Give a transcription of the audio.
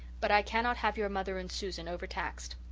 but i cannot have your mother and susan over-taxed.